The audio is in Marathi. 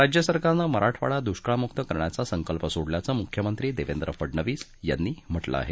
राज्यसरकारनं मराठवाडा दुष्काळमुक्त करण्याचा संकल्प सोडल्याचं मुख्यमंत्री देवेंद्र फडनवीस यांनी म्हटलं आहे